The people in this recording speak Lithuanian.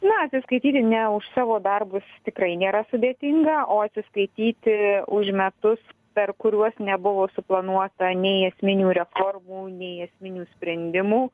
na atsiskaityti ne už savo darbus tikrai nėra sudėtinga o atsiskaityti už metus per kuriuos nebuvo suplanuota nei esminių reformų nei esminių sprendimų